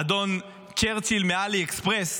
אדון צ'רצ'יל מעלי אקספרס,